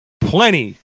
plenty